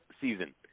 season